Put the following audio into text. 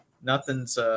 Nothing's